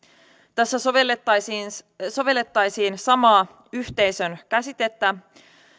tässä sovellettaisiin sovellettaisiin samaa yhteisön käsitettä